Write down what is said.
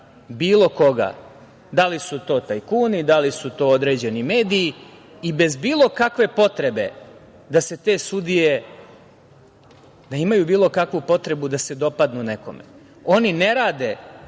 bilo koga, da li su to tajkuni, da li su to određeni mediji i bez bilo kakve potrebe da se te sudije, da imaju bilo kakvu potrebu da se dopadnu nekome. Oni ne rade